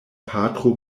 patro